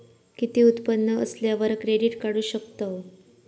किती उत्पन्न असल्यावर क्रेडीट काढू शकतव?